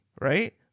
right